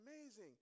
amazing